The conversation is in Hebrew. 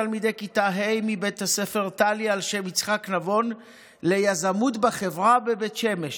תלמידי כיתה ה' מבית הספר תל"י על שם יצחק נבון ליזמות בחברה בבית שמש,